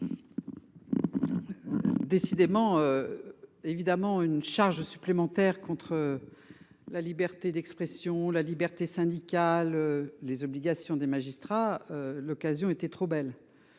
Décidément. Évidemment une charge supplémentaire contre. La liberté d'expression, la liberté syndicale les obligations des magistrats. L'occasion était trop belle.